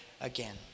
again